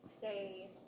say